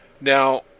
Now